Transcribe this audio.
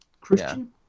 Christian